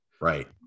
right